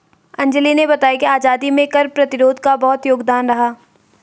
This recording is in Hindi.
अंजली ने बताया कि आजादी में कर प्रतिरोध का बहुत योगदान रहा